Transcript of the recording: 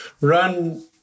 run